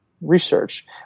research